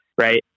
right